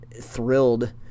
thrilled